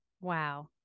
Wow